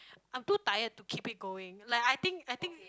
I'm too tired to keep it going like I think I think